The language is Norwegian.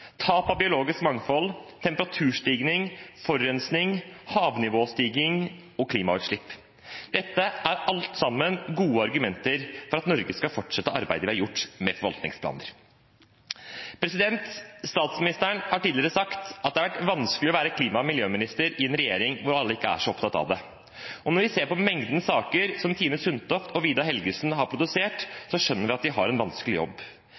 Tap av biologisk mangfold, temperaturstigning, forurensning, havnivåstigning og klimautslipp – dette er alt sammen gode argumenter for at Norge skal fortsette arbeidet vi har gjort med forvaltningsplaner. Statsministeren har tidligere sagt at det har vært vanskelig å være klima- og miljøminister i en regjering hvor ikke alle er så opptatt av det. Og når vi ser på mengden saker som Tine Sundtoft og Vidar Helgesen har produsert, skjønner vi at de har en vanskelig jobb